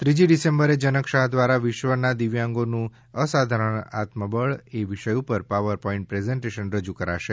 ત્રીજી ડિસેમ્બરે જનકશાહ દ્વારા વિશ્વના દિવ્યાંગોનું અસાધરણ આત્મબડ એ વિષય ઉપર પાવરપોઈન્ટ પ્રેઝન્ટેશન રજૂ થશે